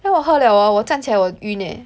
then 我喝了 hor 我站起来我很晕 eh